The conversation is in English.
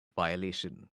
violation